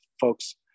folks